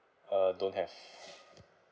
uh don't have